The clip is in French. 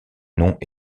noms